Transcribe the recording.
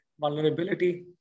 vulnerability